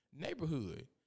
neighborhood